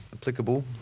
applicable